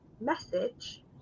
message